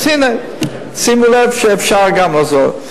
אז הנה, שימו לב שאפשר גם לעזור.